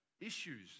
issues